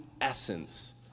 essence